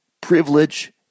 privilege